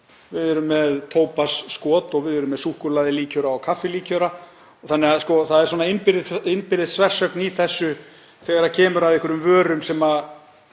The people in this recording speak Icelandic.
Við erum með tópasskot og við erum með súkkulaðilíkjöra og kaffilíkjöra, þannig að það er svona innbyrðis þversögn í þessu þegar kemur að einhverjum vörum sem